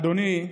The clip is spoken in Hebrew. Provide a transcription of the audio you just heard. אדוני,